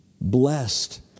Blessed